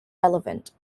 relevant